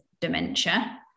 dementia